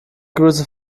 grüße